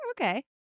Okay